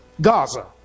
Gaza